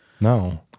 no